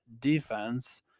defense